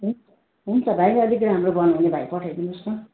त्यही त हुन्छ भाइ अलिक राम्रो बनाउने भाइ पठाइदिनु होस् न